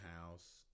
house